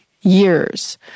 years